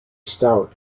stout